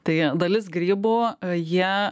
tai dalis grybų jie